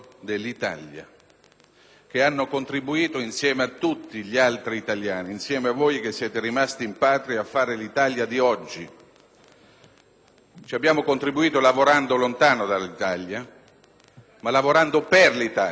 ed hanno contribuito, insieme a tutti gli altri italiani, insieme a voi che siete rimasti in Patria, a fare l'Italia di oggi. Abbiamo contribuito lavorando lontano dall'Italia, ma lavorando per l'Italia.